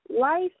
life